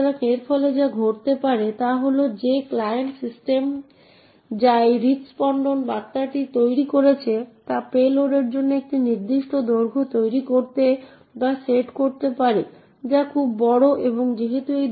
সুতরাং যখন একটি x থাকে তখন এটি আশা করে যে আপনি দ্বিতীয় আর্গুমেন্টটি printf এ প্রিন্ট করতে চান এবং তাই এটি দ্বিতীয় আর্গুমেন্টের জন্য স্ট্যাকের দিকে দেখতে হবে